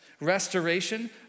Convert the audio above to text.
Restoration